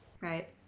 Right